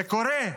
זה קורה.